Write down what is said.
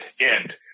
End